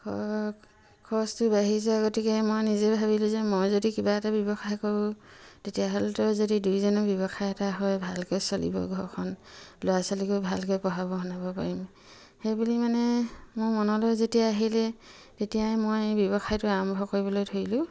ঘৰ খৰচটো বাঢ়িছে গতিকে মই নিজে ভাবিলোঁ যে মই যদি কিবা এটা ব্যৱসায় কৰোঁ তেতিয়াহ'লেতো যদি দুইজনৰ ব্যৱসায় এটা হয় ভালকৈ চলিব ঘৰখন ল'ৰা ছোৱালীকো ভালকৈ পঢ়াব শুনাব পাৰিম সেইবুলি মানে মোৰ মনলৈ যেতিয়া আহিলে তেতিয়াই মই ব্যৱসায়টো আৰম্ভ কৰিবলৈ ধৰিলোঁ